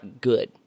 good